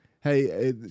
hey